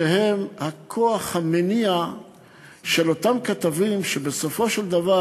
שהם הכוח המניע של אותם כתבים שבסופו של דבר